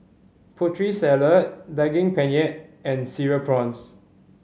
Putri Salad Daging Penyet and Cereal Prawns